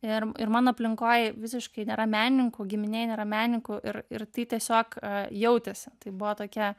ir ir mano aplinkoj visiškai nėra menininkų giminėj nėra menininkų ir ir tai tiesiog jautėsi tai buvo tokia